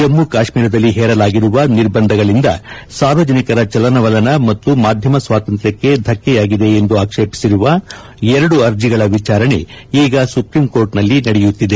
ಜಮ್ಮೆ ಕಾಶ್ಮೀರದಲ್ಲಿ ಹೇರಲಾಗಿರುವ ನಿರ್ಬಂಧಗಳಿಂದ ಸಾರ್ವಜನಿಕರ ಚಲನವಲನ ಮತ್ತು ಮಾಧ್ಯಮ ಸ್ವಾತಂತ್ರಕ್ಕೆ ಧಕ್ಕೆಯಾಗಿದೆ ಎಂದು ಆಕ್ಷೇಪಿಸಿರುವ ಎರಡು ಅರ್ಜಿಗಳ ವಿಚಾರಣೆ ಈಗ ಸುಪ್ರೀಂಕೋರ್ಟ್ನಲ್ಲಿ ನಡೆಯುತ್ತಿದೆ